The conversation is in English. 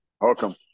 Welcome